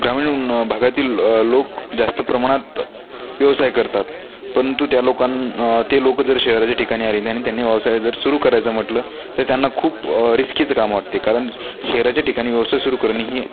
ग्रामीण भागातील लोक जास्त प्रमाणात व्यवसाय करतात परंतु त्या लोकां ते लोकं जर शहराच्या ठिकाणी आले आणि त्यांनी व्यवसाय जर सुरु करायचं म्हटलं तर त्यांना खूप रिस्कीचं काम वाटते कारण शहराच्या ठिकाणी व्यवसाय सुरु करणे हे